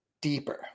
deeper